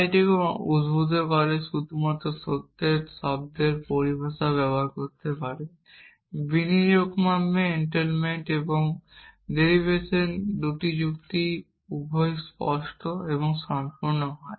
বা এটি উদ্ভূত করে শুধুমাত্র সত্য শব্দের পরিভাষা ব্যবহার করতে পারে বিনিময়যোগ্যভাবে entailment এবং ডেরিভেশন যদি যুক্তি উভয়ই শব্দ এবং সম্পূর্ণ হয়